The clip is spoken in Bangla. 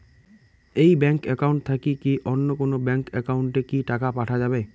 এই ব্যাংক একাউন্ট থাকি কি অন্য কোনো ব্যাংক একাউন্ট এ কি টাকা পাঠা যাবে?